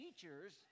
teachers